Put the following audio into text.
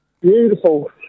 Beautiful